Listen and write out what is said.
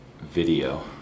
video